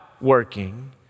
working